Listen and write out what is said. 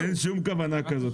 אין שום כוונה כזאת.